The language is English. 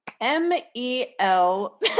M-E-L